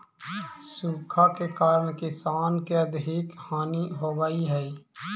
सूखा के कारण किसान के आर्थिक हानि होवऽ हइ